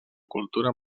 cultura